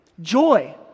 joy